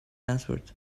answered